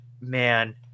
man